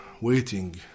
waiting